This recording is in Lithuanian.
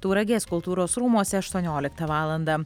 tauragės kultūros rūmuose aštuonioliktą valandą